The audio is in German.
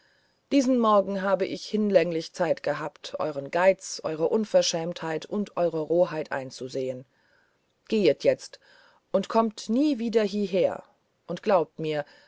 diesen morgen habe ich hinlänglich zeit gehabt euren geiz eure unverschämtheit und eure roheit einzusehen gehet jetzt und kommt nie wieder hieher und glaubt mir